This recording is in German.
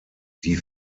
die